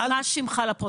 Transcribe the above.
מה שמך, לפרוטוקול?